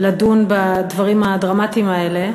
לדון בדברים הדרמטיים האלה,